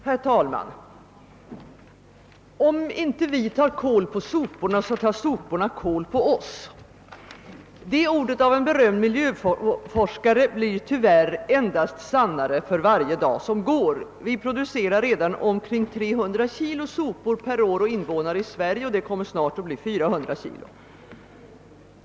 Herr talman! Om inte vi tar kål på soporna, så tar soporna kål på oss. Detta ord av en berömd miljöforskare blir tyvärr sannare för varje dag. Vi producerar redan nu omkring 300 kg sopor per år och person i Sverige, och mycket snart kommer det att bli 400 kg.